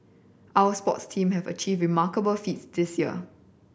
our sports team have achieved remarkable feats this year